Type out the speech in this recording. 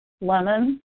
lemon